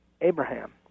Abraham